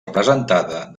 representada